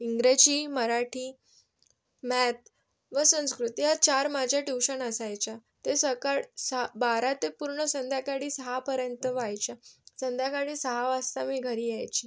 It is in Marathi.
इंग्रजी मराठी मॅथ व संस्कृत या चार माझ्या ट्यूशन असायच्या ते सकाळी सहा बारा ते पूर्ण संध्याकाळी सहापर्यंत व्हायच्या संध्याकाळी सहा वाजता मी घरी यायची